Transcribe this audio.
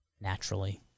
Naturally